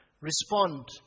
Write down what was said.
Respond